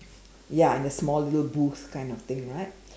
ya in a small little booth kind of thing right